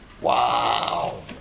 Wow